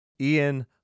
Ian